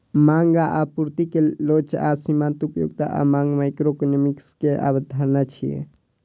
मांग आ आपूर्ति के लोच आ सीमांत उपयोगिता आ मांग माइक्रोइकोनोमिक्स के अवधारणा छियै